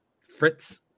Fritz